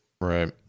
right